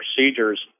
procedures